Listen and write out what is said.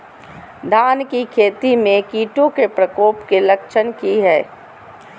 धान की खेती में कीटों के प्रकोप के लक्षण कि हैय?